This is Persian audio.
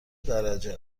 درجه